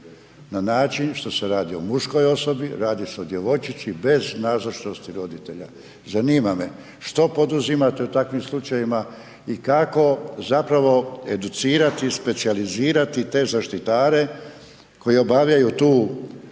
Na način što se radi o muškoj osobi, radi se o djevojčici bez nazočnosti roditelja. Zanima me što poduzimate u takvim slučajevima i kako zapravo educirati i specijalizirati te zaštitare koji obavljaju tu